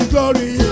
Glory